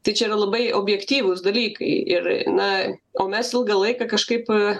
tai čia yra labai objektyvūs dalykai ir na o mes ilgą laiką kažkaip